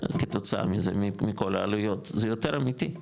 כתוצאה מזה, מכל העלויות, זה יותר אמיתי,